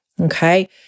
okay